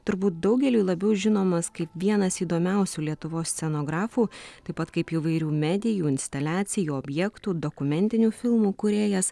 turbūt daugeliui labiau žinomas kaip vienas įdomiausių lietuvos scenografų taip pat kaip įvairių medijų instaliacijų objektų dokumentinių filmų kūrėjas